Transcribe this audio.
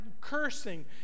cursing